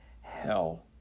hell